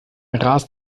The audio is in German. rast